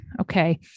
Okay